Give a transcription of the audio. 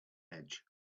edge